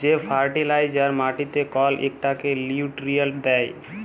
যে ফার্টিলাইজার মাটিকে কল ইকটা লিউট্রিয়েল্ট দ্যায়